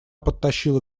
подтащила